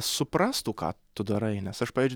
suprastų ką tu darai nes aš pavyzdžiui